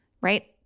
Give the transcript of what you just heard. right